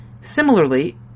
Similarly